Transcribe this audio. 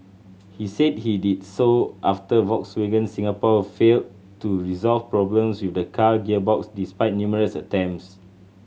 he said he did so after Volkswagen Singapore failed to resolve problems with the car gearbox despite numerous attempts